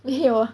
没有我